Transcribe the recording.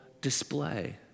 display